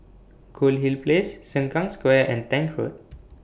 Goldhill Place Sengkang Square and Tank Road